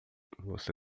você